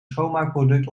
schoonmaakproduct